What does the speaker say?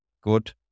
good